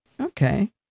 Okay